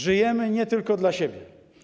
Żyjemy nie tylko dla siebie.